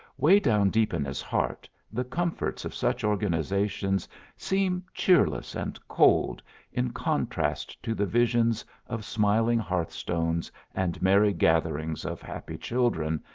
way down deep in his heart, the comforts of such organizations seem cheerless and cold in contrast to the visions of smiling hearthstones and merry gatherings of happy children,